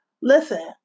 Listen